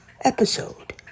episode